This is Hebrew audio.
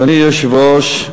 אדוני היושב-ראש,